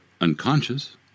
unconscious